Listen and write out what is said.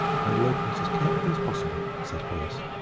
i will open it as carefully as possible, said horace,